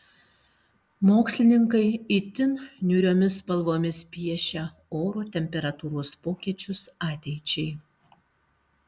mokslininkai itin niūriomis spalvomis piešia oro temperatūros pokyčius ateičiai